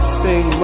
sing